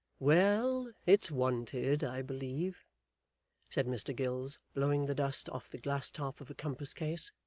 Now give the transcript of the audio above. well! it's wanted i believe said mr gills, blowing the dust off the glass top of a compass-case,